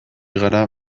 gara